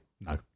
No